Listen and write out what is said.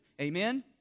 Amen